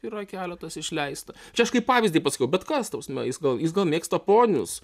yra keletas išleista čia aš kaip pavyzdį pasakau bet kas ta prasme jis gal jis gal mėgsta ponius